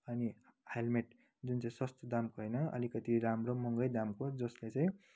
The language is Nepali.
अनि हेलमेट जुन चाहिँ सस्तो दामको होइन अलिकति राम्रै महँगै दामको जसले चाहिँ